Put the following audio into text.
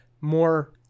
more